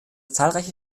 zahlreiche